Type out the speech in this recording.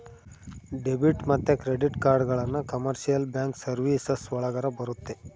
debit ಮತ್ತೆ credit ಕಾರ್ಡ್ಗಳನ್ನ commercial bank services ಒಳಗರ ಬರುತ್ತೆ